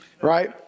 right